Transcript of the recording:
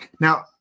Now